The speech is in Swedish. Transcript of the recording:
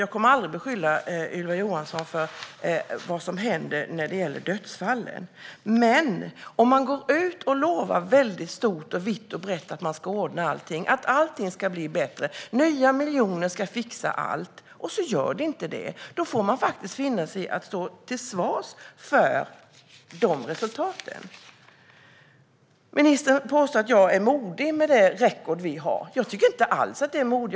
Jag kommer aldrig att beskylla Ylva Johansson för vad som händer när det gäller dödsfallen, men om man går ut och lovar vitt och brett att man ska ordna allting så att det blir bättre - nya miljoner ska fixa allt - och det inte blir så får man faktiskt finna sig i att stå till svars för resultaten. Ministern påstår att jag är modig som tar upp detta med tanke på det record vi har. Jag tycker inte alls att det är modigt.